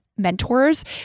Mentors